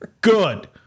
Good